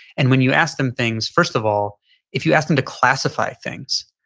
and when you ask them things first of all if you ask them to classify things,